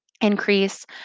increase